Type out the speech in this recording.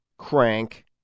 crank